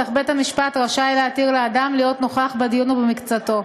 אך בית-המשפט רשאי להתיר לאדם להיות נוכח בדיון או במקצתו.